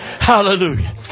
Hallelujah